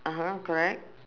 (uh huh) correct